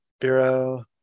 Bureau